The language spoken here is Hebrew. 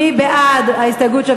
מי בעד ההסתייגויות,